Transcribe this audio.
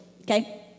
okay